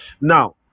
Now